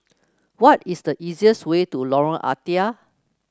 what is the easiest way to Lorong Ah Thia